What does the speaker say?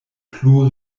plu